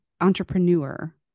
Entrepreneur